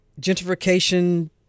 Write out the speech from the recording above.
gentrification